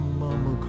mama